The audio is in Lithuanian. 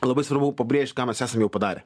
labai svarbu pabrėžt ką mes esam jau padarę